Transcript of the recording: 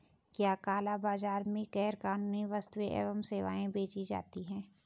क्या काला बाजार में गैर कानूनी वस्तुएँ एवं सेवाएं बेची जाती हैं?